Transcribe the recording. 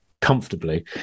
comfortably